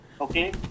Okay